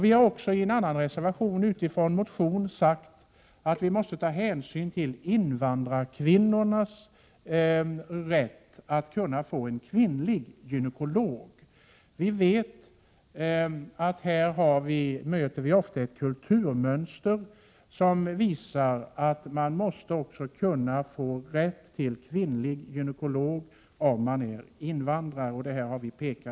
Vi har i en annan reservation, med utsgångspunkt i en motion, sagt att invandrarkvinnorna, på grund av att de ofta har ett annat kulturmönster, måste ha rätt att få en kvinnlig gynekolog.